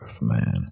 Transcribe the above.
man